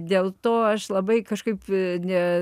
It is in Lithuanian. dėl to aš labai kažkaip ne